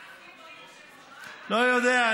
דברים בשם אומרם לא יודע.